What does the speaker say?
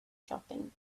shopping